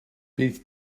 bydd